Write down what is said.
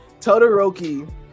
Todoroki